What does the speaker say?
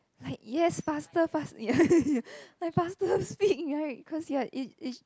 like yes faster fast like faster speak [right] cause ya it's it's